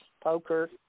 poker